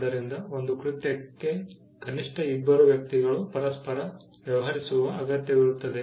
ಆದ್ದರಿಂದ ಒಂದು ಕೃತ್ಯಕ್ಕೆ ಕನಿಷ್ಠ ಇಬ್ಬರು ವ್ಯಕ್ತಿಗಳು ಪರಸ್ಪರ ವ್ಯವಹರಿಸುವ ಅಗತ್ಯವಿರುತ್ತದೆ